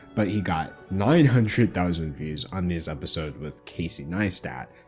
but he got nine hundred thousand views on this episode with casey neistat,